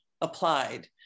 applied